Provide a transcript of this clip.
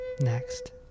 Next